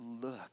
look